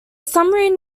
submarine